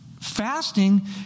fasting